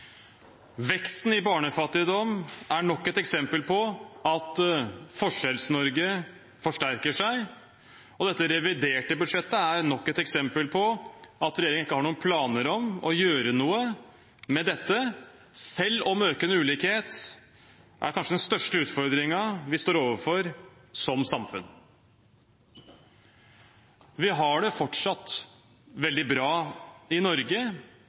Veksten i barnefattigdom er nok et eksempel på at Forskjells-Norge forsterker seg, og dette reviderte budsjettet er nok et eksempel på at regjeringen ikke har noen planer om å gjøre noe med dette – selv om økende ulikhet kanskje er den største utfordringen vi står overfor som samfunn. Vi har det fortsatt veldig bra i Norge,